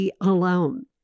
alone